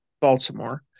Baltimore